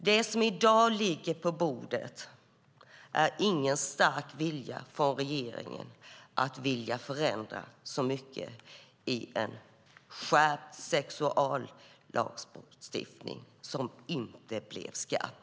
Det som i dag ligger på bordet är ingen stark vilja från regeringen att förändra så mycket i en skärpt sexualbrottslagstiftning som inte blev skarp.